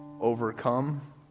overcome